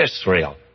Israel